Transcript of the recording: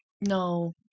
No